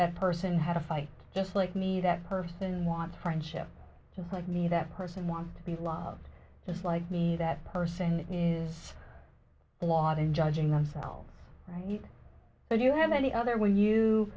that person had a fight just like me that person wants friendship just like me that person wants to be loved just like me that person is flawed in judging themselves so you have any other when you